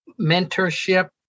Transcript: mentorship